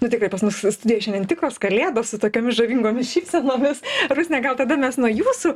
nu tikrai pas mus studijoj šiandien tikros kalėdos su tokiomis žavingomis šypsenomis rusne gal tada mes nuo jūsų